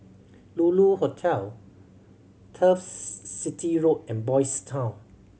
Lulu Hotel Turf City Road and Boys' Town